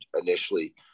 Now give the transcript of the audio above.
initially